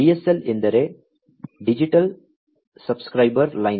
DSL ಎಂದರೆ digital subscriber line